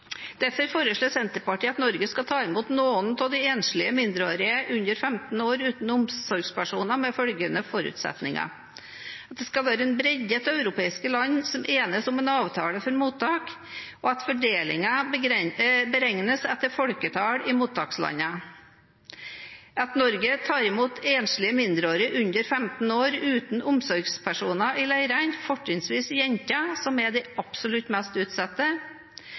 Derfor foreslår Senterpartiet at Norge skal ta imot noen av de enslige mindreårige under 15 år uten omsorgspersoner under følgende forutsetninger: at det skal være en bredde av europeiske land som enes om en avtale for mottak at fordelingen beregnes etter folketall i mottakslandene at Norge tar imot enslige mindreårige under 15 år uten omsorgspersoner i leirene, fortrinnsvis jenter, som er de absolutt mest utsatte